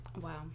Wow